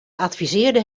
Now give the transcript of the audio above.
adviseerde